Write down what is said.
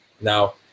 Now